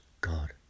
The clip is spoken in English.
God